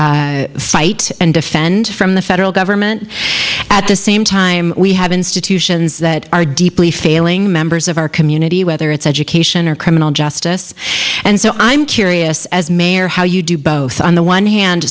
fight and defend from the federal government at the same time we have institutions that are deeply failing members of our community whether it's education or criminal justice and so i'm curious as mayor how you do both on the one hand